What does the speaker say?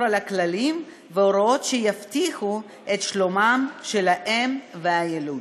על הכללים וההוראות שיבטיחו את שלומם של האם והיילוד.